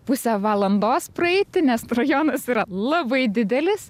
pusę valandos praeiti nes rajonas yra labai didelis